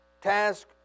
task